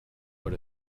what